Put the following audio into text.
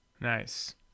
Nice